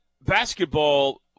basketball